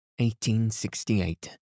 1868